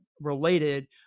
related